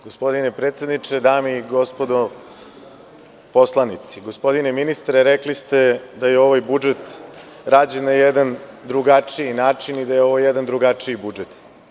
Gospodine predsedniče, dame i gospodo poslanici, gospodine ministre, rekli ste da je ovaj budžet rađen na jedan drugačiji način i da je ovo jedan drugačiji budžet.